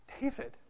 David